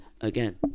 again